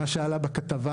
מה שעלה בכתבה,